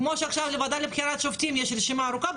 כמו שעכשיו לוועדה לבחירת שופטים יש רשימה ארוכה,